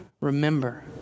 Remember